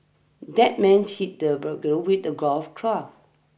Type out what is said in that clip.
that man hit the burglar with a golf club